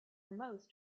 most